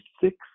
six